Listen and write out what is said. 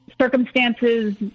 circumstances